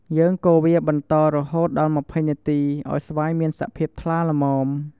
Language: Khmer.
យើងកូរវាបន្តរហូតដល់២០នាទី ឱ្យស្វាយមានសភាពថ្លាល្មម។